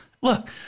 Look